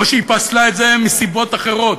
או שהיא פסלה את זה מסיבות אחרות.